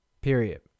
Period